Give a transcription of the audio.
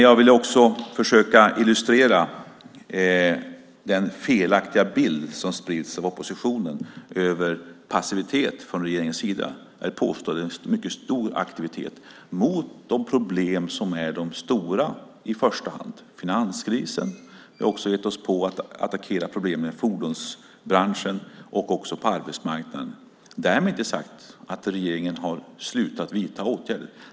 Jag ville också försöka illustrera den felaktiga bild som sprids av oppositionen av passivitet från regeringens sida. Jag vill påstå att det pågår en mycket stor aktivitet mot det problem som är de stora i första hand, finanskrisen. Vi har också gett oss på att attackera problemen i fordonsbranschen och också på arbetsmarknaden. Därmed inte sagt att regeringen har slutat vidta åtgärder.